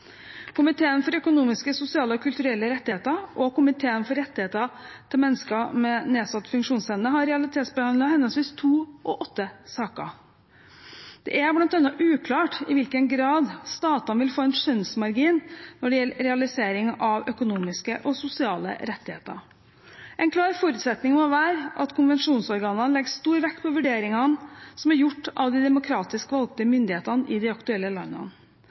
Komiteen for økonomiske, sosiale og kulturelle rettigheter og Komiteen for rettighetene til mennesker med nedsatt funksjonsevne har realitetsbehandlet henholdsvis to og åtte saker. Det er bl.a. uklart i hvilken grad statene vil få en skjønnsmargin når det gjelder realiseringen av økonomiske og sosiale rettigheter. En klar forutsetning må være at konvensjonsorganene legger stor vekt på vurderingene som er gjort av de demokratisk valgte myndighetene i de aktuelle landene.